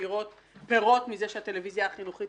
לראות פירות מכך שהפעילות של הטלוויזיה החינוכית